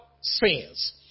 sins